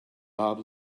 bob